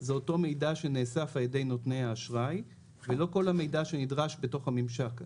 זה אותו מידע שנאסף על ידי נותני האשראי ולא כל המידע שנדרש בתוך הממשק.